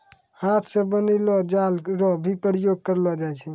हाथ से बनलो जाल रो भी प्रयोग करलो जाय छै